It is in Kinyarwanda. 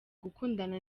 gukundana